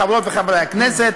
חברות וחברי הכנסת,